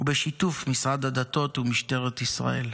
ובשיתוף משרד הדתות ומשטרת ישראל.